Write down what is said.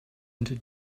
into